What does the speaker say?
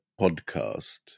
podcast